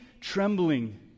trembling